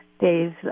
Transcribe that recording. days